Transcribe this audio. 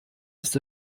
ist